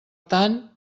tant